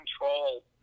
control